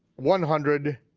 one hundred